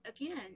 again